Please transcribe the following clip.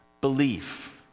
belief